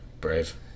Brave